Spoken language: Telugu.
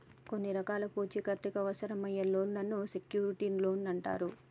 కొన్ని రకాల పూచీకత్తు అవసరమయ్యే లోన్లను సెక్యూర్డ్ లోన్లు అంటరు